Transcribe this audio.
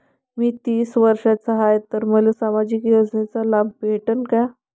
मी तीस वर्षाचा हाय तर मले सामाजिक योजनेचा लाभ भेटन का?